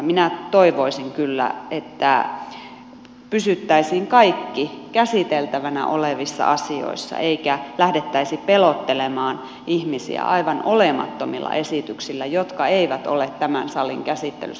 minä toivoisin kyllä että pysyttäisiin kaikki käsiteltävinä olevissa asioissa eikä lähdettäisi pelottelemaan ihmisiä aivan olemattomilla esityksillä jotka eivät ole tämän salin käsittelyssä